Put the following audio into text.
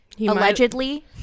allegedly